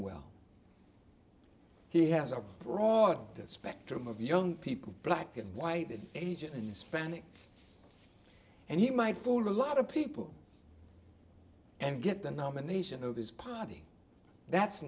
well he has a broad spectrum of young people black and white and asian and hispanic and he might fool a lot of people and get the nomination of his party that's